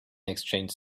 exchanged